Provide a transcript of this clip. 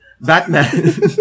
Batman